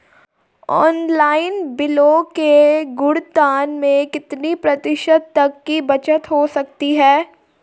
Online बिलों के भुगतान में कितने प्रतिशत तक की बचत हो सकती है?